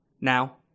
Now